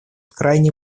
крайне